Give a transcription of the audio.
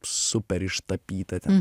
super ištapyta ten